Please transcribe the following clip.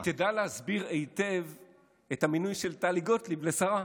היא תדע להסביר היטב את המינוי של טלי גוטליב לשרה.